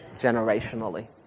generationally